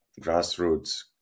grassroots